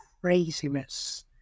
craziness